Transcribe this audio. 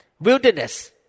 wilderness